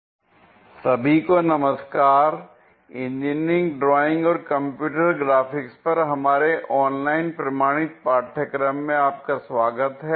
orthographic projection II part 2 सभी को नमस्कार l इंजीनियरिंग ड्राइंग और कंप्यूटर ग्राफिक्स पर हमारे ऑनलाइन प्रमाणित पाठ्यक्रम में आपका स्वागत है